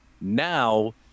Now